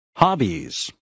Hobbies